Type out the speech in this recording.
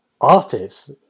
artists